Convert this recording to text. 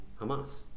Hamas